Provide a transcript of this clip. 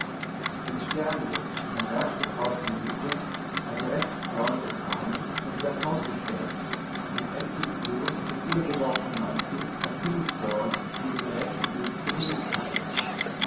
den sterbenden nach rasch vertauschtem hute als rechtsfreund umarmen und sein haus bestellen und endlich blos durch übergeworfenen mantel als himmelsfreund ihm den rechten weg zum himmel zeigen